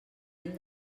hem